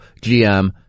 GM